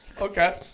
Okay